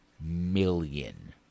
million